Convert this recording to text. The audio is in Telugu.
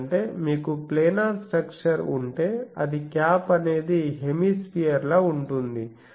ఎందుకంటే మీకు ప్లానర్ స్ట్రక్చర్ ఉంటే అది క్యాప్ అనేది హేమిస్పియర్ లా ఉంటుంది